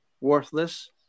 worthless